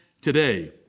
today